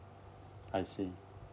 I see